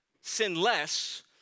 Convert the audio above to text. sinless